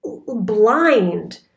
blind